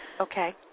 Okay